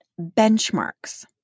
benchmarks